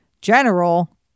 general